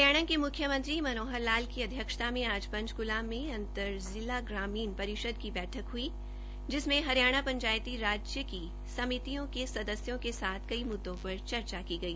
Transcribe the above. हरियाणा के मुख्यमंत्री मनोहर लाल की अध्यक्षता में आज पंचकूला में अर्न्त जिला ग्रामीण परिषद की बैठक हई जिसमें हरियाणा पंचायती राज्य की समितियों के सदस्यों के साथ कई मुद्दों पर चर्चा की गई